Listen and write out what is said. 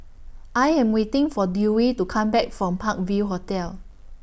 I Am waiting For Dewey to Come Back from Park View Hotel